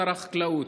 שר החקלאות.